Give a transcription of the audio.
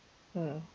mm